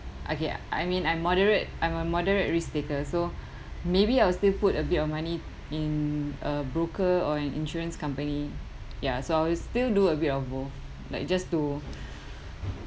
okay I mean I'm moderate I'm a moderate risk-taker so maybe I will still put a bit of money in a broker or an insurance company ya so I'll still do a bit of both like just to